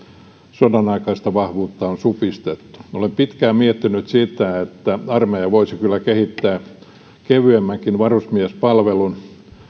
sodanaikaista vahvuutta on supistettu olen pitkään miettinyt sitä että armeija voisi kyllä kehittää kevyemmänkin varusmiespalveluksen